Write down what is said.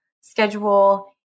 schedule